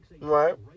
right